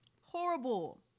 Horrible